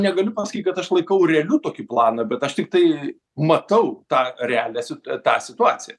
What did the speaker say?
negaliu pasakyt kad aš laikau realiu tokį planą bet aš tiktai matau tą realią sit tą situaciją